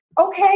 okay